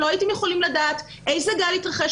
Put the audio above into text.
לא הייתם יכולים לדעת איזה גל התרחש